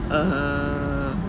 uh